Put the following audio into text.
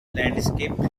landscape